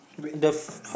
the f~